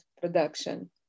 production